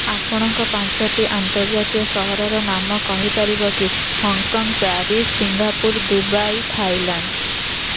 ଆପଣଙ୍କ ପାଞ୍ଚଟି ଆନ୍ତର୍ଜାତୀୟ ସହରର ନାମ କହିପାରିବ କି Hong Kong Paris Singapore Dubai Thailand